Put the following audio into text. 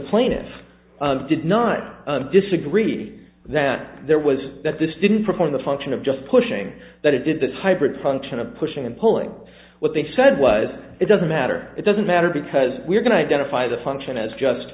plaintiff did not disagree that there was that this didn't perform the function of just pushing that it did this hybrid function of pushing and pulling what they said was it doesn't matter it doesn't matter because we're going to identify the function as just